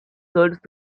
solltest